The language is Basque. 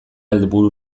helburu